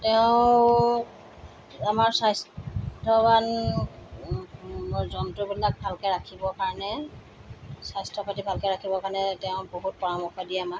তেওঁ আমাৰ স্বাস্থ্যৱান জন্তুবিলাক ভালকৈ ৰাখিবৰ কাৰণে স্বাস্থ্যপাতি ভালকৈ ৰাখিবৰ কাৰণে তেওঁ বহুত পৰামৰ্শ দিয়ে আমাক